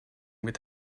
with